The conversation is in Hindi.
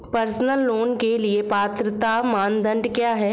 पर्सनल लोंन के लिए पात्रता मानदंड क्या हैं?